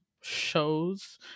shows